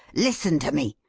listen to me.